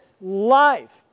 life